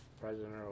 president